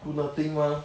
do nothing mah